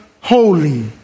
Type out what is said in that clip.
Holy